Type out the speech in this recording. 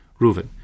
Reuven